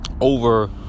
Over